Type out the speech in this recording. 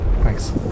Thanks